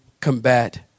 combat